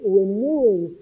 renewing